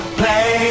play